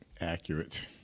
accurate